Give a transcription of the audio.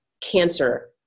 cancer